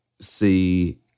see